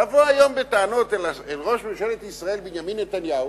לבוא היום בטענות אל ראש ממשלת ישראל בנימין נתניהו